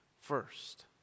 first